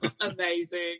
Amazing